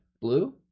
Blue